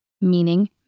meaning